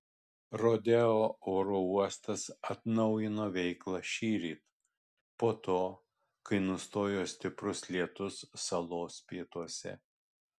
rodeo oro uostas atnaujino veiklą šįryt po to kai nustojo stiprus lietus salos pietuose